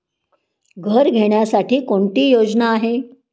घर घेण्यासाठी कोणती योजना आहे?